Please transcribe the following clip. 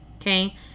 Okay